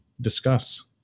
discuss